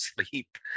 sleep